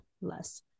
less